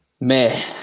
man